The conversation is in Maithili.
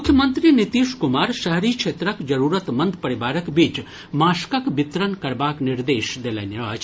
मुख्यमंत्री नीतीश कुमार शहरी क्षेत्रक जरूरतमंद परिवारक बीच मास्कक वितरण करबाक निर्देश देलनि अछि